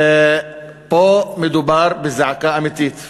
פה מדובר בזעקה אמיתית.